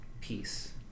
peace